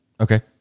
Okay